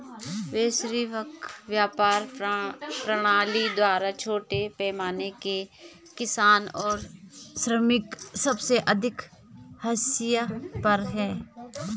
वैश्विक व्यापार प्रणाली द्वारा छोटे पैमाने के किसान और श्रमिक सबसे अधिक हाशिए पर हैं